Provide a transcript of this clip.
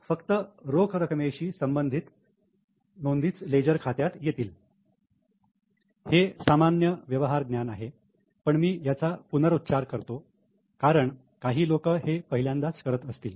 फक्त रोख रकमेशी संबंधित नोंदीच लेजर खात्यात येतील हे सामान्य व्यवहार ज्ञान आहे पण मी याचा पुनरूच्चार करतो आहे कारण काही लोक हे पहिल्यांदाच करत असतील